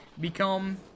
become